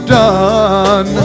done